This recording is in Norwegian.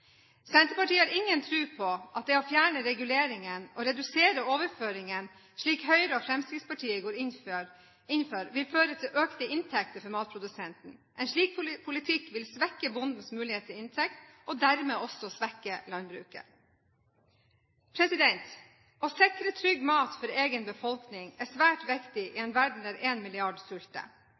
Senterpartiet har ingen tro på at det å fjerne reguleringen og redusere overføringene, slik Høyre og Fremskrittspartiet går inn for, vil føre til økte inntekter for matprodusenten. En slik politikk vil svekke bondens mulighet til inntekt, og dermed også svekke landbruket. Å sikre trygg mat for egen befolkning er svært viktig i en verden der en milliard